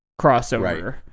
crossover